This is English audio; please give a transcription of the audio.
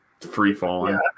free-falling